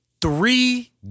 three